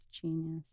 genius